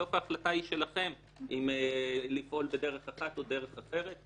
בסוף ההחלטה היא שלכם אם לפעול בדרך אחת או דרך אחרת.